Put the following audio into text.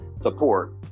support